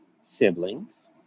siblings